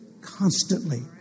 constantly